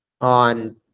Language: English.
on